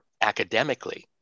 academically